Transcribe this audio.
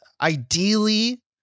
ideally